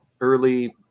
early